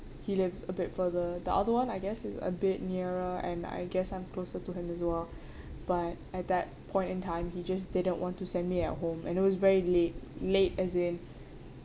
he lives a bit further the other [one] I guess is a bit nearer and I guess I'm closer to him as well but at that point in time he just didn't want to send me at home and it was very late late as in